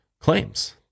claims